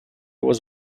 was